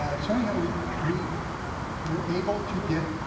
ah so anyhow we we were able to get